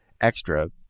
extra